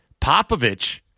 Popovich